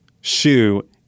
shoe